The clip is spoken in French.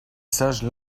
sages